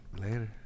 Later